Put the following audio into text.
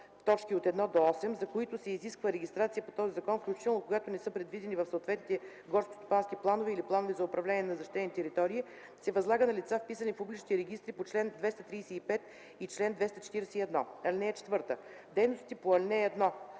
1, т. 1-8, за които се изисква регистрация по този закон, включително когато не са предвидени в съответните горскостопански планове или планове за управление на защитени територии, се възлага на лица, вписани в публичните регистри по чл. 235 и чл. 241. (4) Дейностите по ал. 1, т.